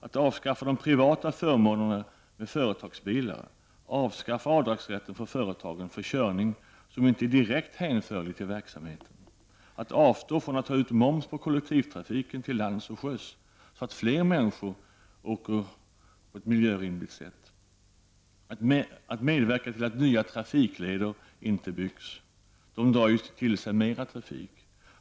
att avskaffa de privata förmånerna med företagsbilar, dvs att avskaffa avdragsrätten för företagen för körning som inte är direkt hänförlig till verksamheten, -- att avstå från att ta ut moms på kollektivtrafiken till lands och till sjöss, så att fler människor åker på ett miljövänligt sätt, -- att medverka till att nya trafikleder inte byggs. De drar till sig mer vägtrafik.